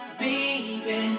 baby